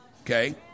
Okay